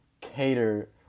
cater